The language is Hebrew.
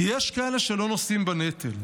כי יש כאלה שלא נושאים בנטל.